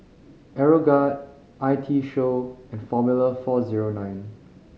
Aeroguard I T Show and Formula Four Zero Nine